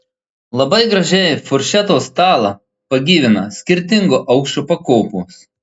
labai gražiai furšeto stalą pagyvina skirtingo aukščio pakopos